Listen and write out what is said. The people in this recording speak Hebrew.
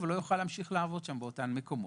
ולא יוכל להמשיך לעבוד באותם המקומות.